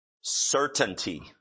certainty